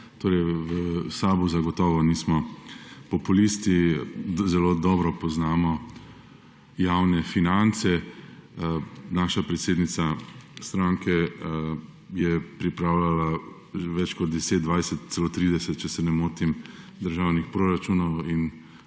V SAB zagotovo nismo populisti, zelo dobro poznamo javne finance. Naša predsednica stranke je pripravljala več kot 10, 20, celo 30, če se ne motim, državnih proračunov in